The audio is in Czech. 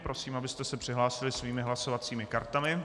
Prosím, abyste se přihlásili svými hlasovacími kartami.